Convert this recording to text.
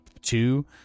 two